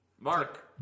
Mark